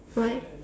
what